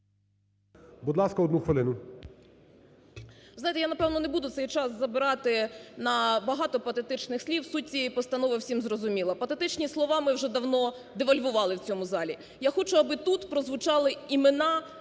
будь ласка, одна хвилина.